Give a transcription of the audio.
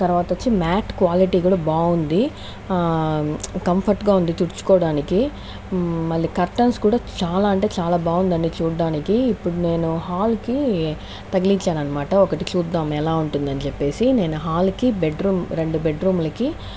తర్వాత వచ్చి mat quality కూడా బాగుంది కంఫర్ట్ గా ఉంది తుడుచుకోవడానికి మళ్ళీ కర్టెన్స్ కూడా చాలా అంటే చాలా బాగుందండి చూడ్డానికి ఇప్పుడు నేను హాల్ కి తగిలించానన్నమాట ఒకటి చూద్దాము ఎలా ఉంటుందని చెప్పేసి నేను హాల్ కి బెడ్ రూమ్ రెండు బెడ్ రూమ్ లకి